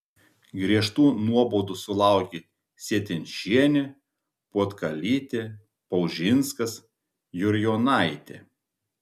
griežtų nuobaudų sulaukė sietinšienė puotkalytė paužinskas jurjonaitė